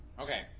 Okay